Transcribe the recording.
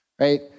right